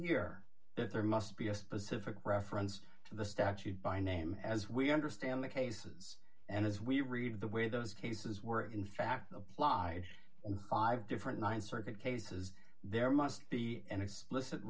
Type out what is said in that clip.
here that there must be a specific reference to the statute by name as we understand the cases and as we read the way those cases were in fact applied i've different th circuit cases there must be an explicit